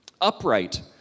Upright